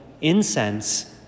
incense